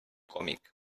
còmic